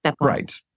Right